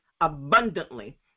abundantly